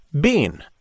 bean